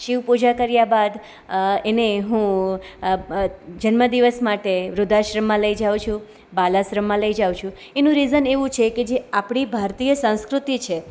શિવ પૂજા કર્યા બાદ એને હું જન્મદિવસ માટે વૃધ્ધાશ્રમમાં લઈ જાઉં છું બાલાશ્રમમાં લઈ જાઉં છું એનું રિઝન એવું છે કે જે આપણી ભારતીય સંસ્કૃતિ છે